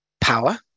power